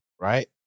right